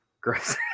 Gross